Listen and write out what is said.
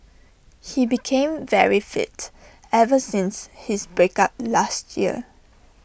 he became very fit ever since his break up last year